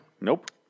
nope